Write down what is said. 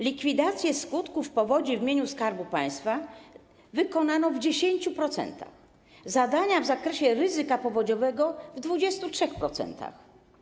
Likwidacje skutków powodzi w mieniu Skarbu Państwa wykonano w 10%, zadania w zakresie ryzyka powodziowego w 23%.